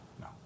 no